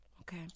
Okay